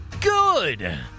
good